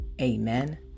Amen